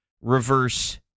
reverse